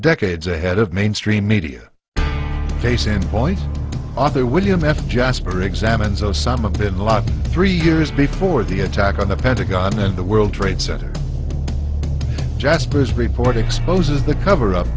decades ahead of mainstream media case in point author william f jasper examines osama bin ladin three years before the attack on the pentagon and the world trade center jasper's report exposes the cover up